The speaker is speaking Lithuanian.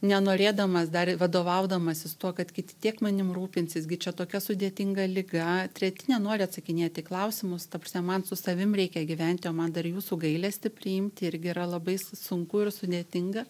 nenorėdamas dar vadovaudamasis tuo kad kiti tiek manim rūpinsis gi čia tokia sudėtinga liga treti nenori atsakinėti į klausimus ta prasme man su savim reikia gyventi o man dar jūsų gailestį priimti irgi yra labai sunku ir sudėtinga